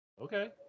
Okay